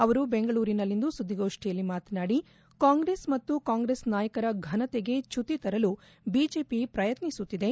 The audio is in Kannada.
ಅವರು ಬೆಂಗಳೂರಿನಲ್ಲಿಂದು ಸುದ್ದಿಗೋಷ್ಠಿಯಲ್ಲಿ ಮಾತನಾಡಿ ಕಾಂಗ್ರೆಸ್ ಮತ್ತು ಕಾಂಗ್ರೆಸ್ ನಾಯಕರ ಫನತೆಗೆ ಚ್ಯುತಿ ತರಲು ಬಿಜೆಪಿ ಯತ್ನಿಸುತ್ತಿದೆ